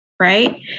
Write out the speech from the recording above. Right